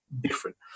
different